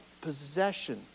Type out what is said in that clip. possession